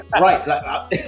Right